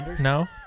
No